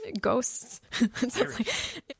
ghosts